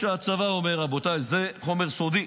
שהצבא אומר שזה חומר סודי.